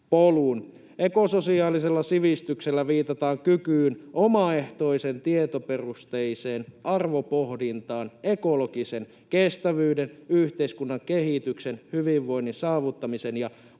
Ekososiaalisella sivistyksellä viitataan kykyyn omaehtoiseen tietoperusteiseen arvopohdintaan ekologisen kestävyyden, yhteiskunnan kehityksen, hyvinvoinnin saavuttamisen ja